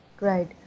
Right